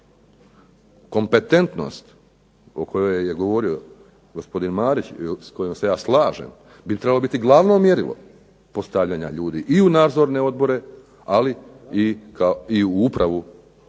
Kompetentnost o kojoj je govorio gospodin Marić i s kojom se ja slažem bi trebalo biti glavno mjerilo postavljanja ljudi i u nadzorne odbore ali i upravu